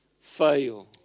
fail